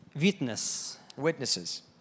witnesses